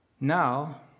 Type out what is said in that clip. Now